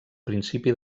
principi